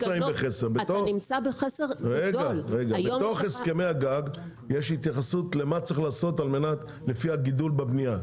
בתוך הסכמי הגג יש התייחסות למה צריך לעשות לפי הגידול בבנייה.